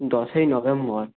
দশই নভেম্বর